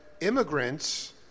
immigrants